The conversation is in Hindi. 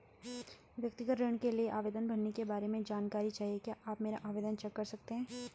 व्यक्तिगत ऋण के लिए आवेदन भरने के बारे में जानकारी चाहिए क्या आप मेरा आवेदन चेक कर सकते हैं?